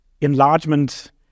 enlargement